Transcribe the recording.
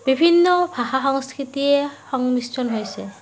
বিভিন্ন ভাষা সংস্কৃতিয়ে সংমিশ্ৰণ হৈছে